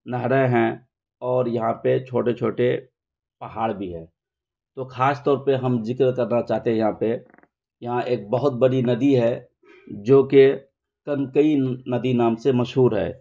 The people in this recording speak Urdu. نہریں ہیں اور یہاں پہ چھوٹے چھوٹے پہاڑ بھی ہے تو خاص طور پہ ہم ذکر کرنا چاہتے ہیں یہاں پہ یہاں ایک بہت بڑی ندی ہے جو کہ کنکائی ندی نام سے مشہور ہے